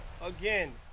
again